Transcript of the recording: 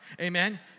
amen